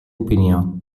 opinió